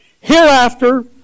Hereafter